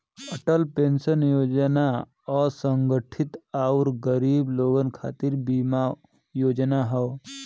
Atal pension योजना असंगठित आउर गरीब लोगन खातिर बीमा योजना हौ